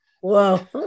Whoa